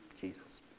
Jesus